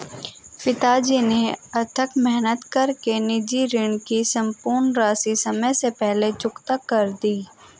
पिताजी ने अथक मेहनत कर के निजी ऋण की सम्पूर्ण राशि समय से पहले चुकता कर दी